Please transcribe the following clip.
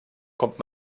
kommt